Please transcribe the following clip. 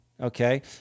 okay